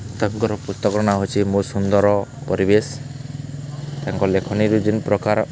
ତାଙ୍କର ପୁସ୍ତକର ନାଁ ହଉଛି ମୋ ସୁନ୍ଦର ପରିବେଶ୍ ତାଙ୍କର ଲେଖନୀରୁ ଯେନ୍ ପ୍ରକାର୍